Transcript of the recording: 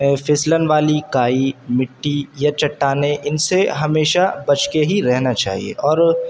پھسلن والی کائی مٹی یا چٹانیں ان سے ہمیشہ بچ کے ہی رہنا چاہیے اور